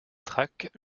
track